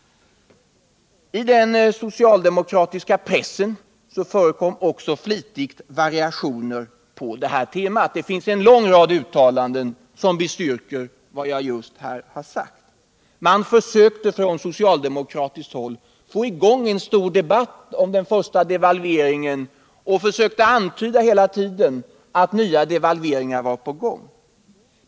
I den socialdemokratiska pressen förekom också flitigt variationer på detta tema. Det finns en lång rad uttalanden som bestyrker vad jag just har sagt. Man försökte på socialdemokratiskt håll få i gång en stor debatt om den första devalveringen och försökte hela tiden antyda att nya devalveringar var på gång.